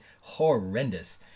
horrendous